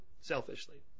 selfishly